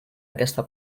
aquesta